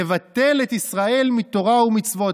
נבטל את ישראל מתורה ומצוות,